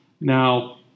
Now